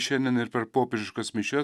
šiandien ir per popiežiškas mišias